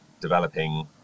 developing